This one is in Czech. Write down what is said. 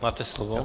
Máte slovo.